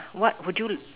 what would you